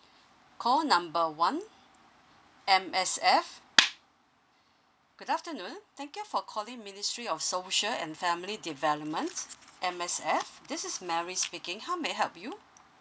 call number one M_S_F good afternoon thank you for calling ministry of social and family developments M_S_F this is mary speaking how may I help you